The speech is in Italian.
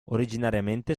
originariamente